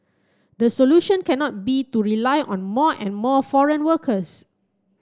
the solution cannot be to rely on more and more foreign workers